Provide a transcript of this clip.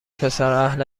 پسراهل